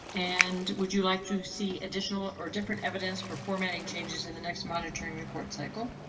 and would you like to see additional or different evidence for formatting changes in the next monitoring report cycle?